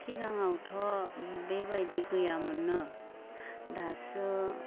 सिगाङावथ' बेबायदि गैयामोननो दासो